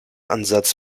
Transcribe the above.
ansatz